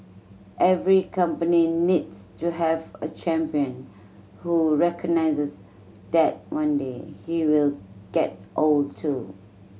every company needs to have a champion who recognises that one day he will get old too